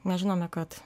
mes žinome kad